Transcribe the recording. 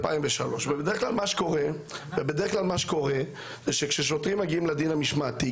2003. ובדרך כלל מה שקורה זה שכששוטרים מגיעים לדין המשמעתי,